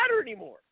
anymore